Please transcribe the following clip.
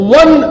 one